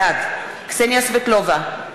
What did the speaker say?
בעד קסניה סבטלובה,